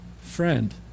friend